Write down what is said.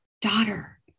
daughter